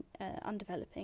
undeveloping